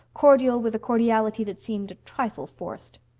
cordial with a cordiality that seemed a trifle forced.